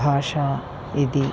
भाषा इति